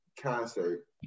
concert